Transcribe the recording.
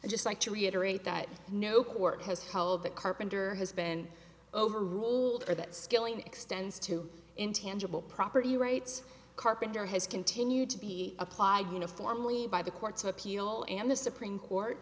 and just like to reiterate that no court has held that carpenter has been overruled or that skilling extends to intangible property rights carpenter has continued to be applied uniformly by the courts of appeal in the supreme court